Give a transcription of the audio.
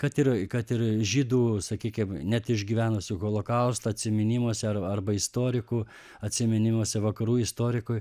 kad ir kad ir žydų sakykim net išgyvenusių holokaustą atsiminimuose ar arba istorikų atsiminimuose vakarų istorikui